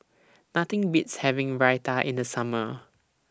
Nothing Beats having Raita in The Summer